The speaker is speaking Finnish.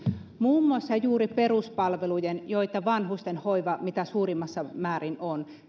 muun muassa juuri peruspalvelujen joita vanhustenhoiva mitä suurimmassa määrin on